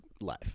life